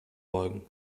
beugen